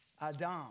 Adam